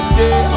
day